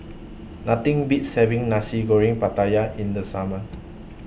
Nothing Beats having Nasi Goreng Pattaya in The Summer